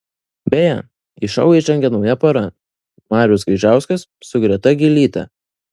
beje į šou įžengė nauja pora marius gaižauskas su greta gylyte